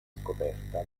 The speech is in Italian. scoperta